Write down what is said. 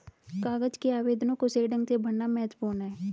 कागज के आवेदनों को सही ढंग से भरना महत्वपूर्ण है